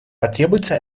потребуются